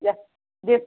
ಯಾ ದಿಪ್